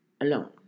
alone